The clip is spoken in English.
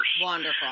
Wonderful